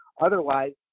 Otherwise